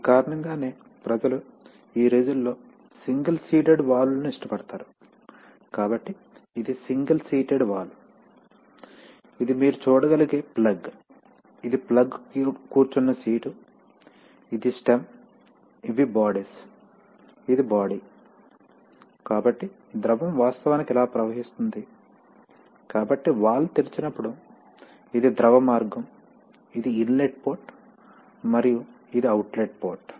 ఈ కారణంగానే ప్రజలు ఈ రోజుల్లో సింగిల్ సీటెడ్ వాల్వ్ లను ఇష్టపడతారు కాబట్టి ఇది సింగిల్ సీటెడ్ వాల్వ్ ఇది మీరు చూడగలిగే ప్లగ్ ఇది ప్లగ్ కూర్చున్న సీటు ఇది స్టెమ్ఇవి బాడీస్ ఇది బాడీ కాబట్టి ద్రవం వాస్తవానికి ఇలా ప్రవహిస్తుంది కాబట్టి వాల్వ్ తెరిచినప్పుడు ఇది ద్రవ మార్గం ఇది ఇన్లెట్ పోర్ట్ మరియు ఇది అవుట్లెట్ పోర్ట్